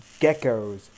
geckos